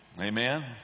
Amen